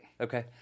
Okay